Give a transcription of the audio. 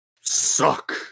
Suck